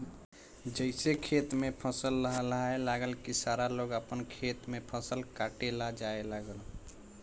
जइसे खेत में फसल लहलहाए लागल की सारा लोग आपन खेत में फसल काटे ला जाए लागल